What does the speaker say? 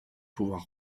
pouvoir